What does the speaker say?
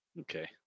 okay